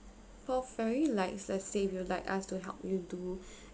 for fairy lights let's say if you would like us to help you do